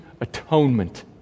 atonement